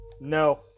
No